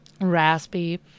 raspy